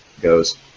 goes